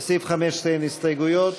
לסעיף 15 אין הסתייגויות.